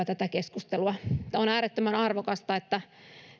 tätä keskustelua on äärettömän arvokasta että